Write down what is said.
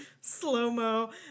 slow-mo